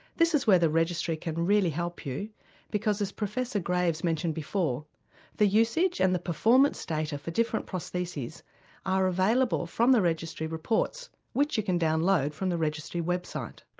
this is where the registry can really help you because as professor graves mentioned before the usage and the performance data for different prostheses are available from the registry reports which you can download from the registry web site.